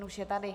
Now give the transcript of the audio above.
Už je tady.